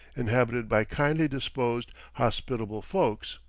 inhabited by kindly-disposed, hospitable folks.